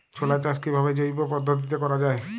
ছোলা চাষ কিভাবে জৈব পদ্ধতিতে করা যায়?